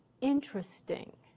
interesting